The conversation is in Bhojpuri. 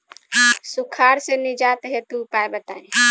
सुखार से निजात हेतु उपाय बताई?